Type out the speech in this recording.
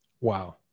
Wow